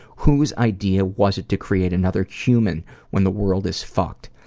whose idea was it to create another human when the world is fucked?